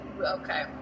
Okay